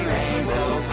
Rainbow